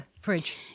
fridge